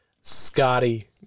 Scotty